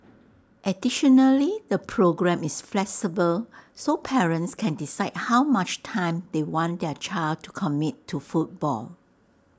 additionally the programme is flexible so parents can decide how much time they want their child to commit to football